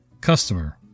Customer